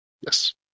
Yes